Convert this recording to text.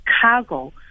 cargo